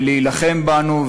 ולהילחם בנו,